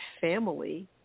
family